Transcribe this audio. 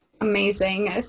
Amazing